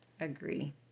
agree